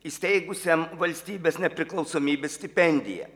įsteigusiam valstybės nepriklausomybės stipendija